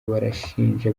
barashinja